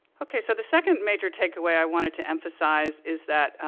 okay, so the second major takeaway i wanted to emphasize is that, ah,